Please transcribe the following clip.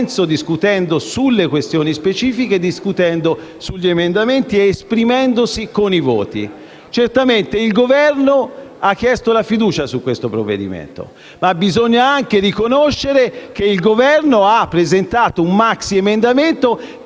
discutendo sulle questioni specifiche, sugli emendamenti ed esprimendosi con i voti. Certo, il Governo ha chiesto la fiducia su questo provvedimento, ma bisogna anche riconoscere che ha presentato un maxiemendamento